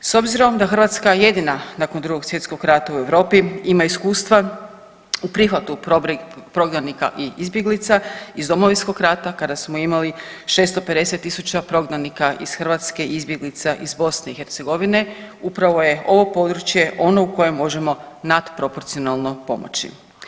S obzirom da Hrvatska jedina nakon Drugog svjetskog rata u Europi ima iskustva u prihvatu prognanika i izbjeglica iz Domovinskog rata kada smo imali 650.000 prognanika iz Hrvatske i izbjeglica iz BiH upravo je ovo područje ono u kojem možemo natproporcionalno pomoći.